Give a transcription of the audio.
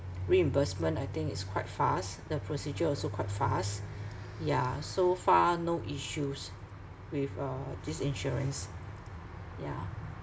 reimbursement I think is quite fast the procedure also quite fast ya so far no issues with uh this insurance yeah